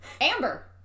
Amber